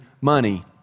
money